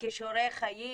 מכישורי חיים,